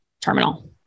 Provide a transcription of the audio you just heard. terminal